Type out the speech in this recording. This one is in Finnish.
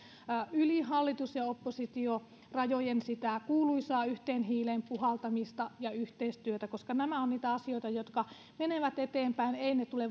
yli hallitus ja oppositiorajojen sitä kuuluisaa yhteen hiileen puhaltamista ja yhteistyötä koska nämä ovat niitä asioita jotka menevät eteenpäin eivät ne tule